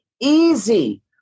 easy